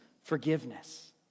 forgiveness